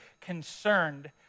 concerned